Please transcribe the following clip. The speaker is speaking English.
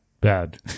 bad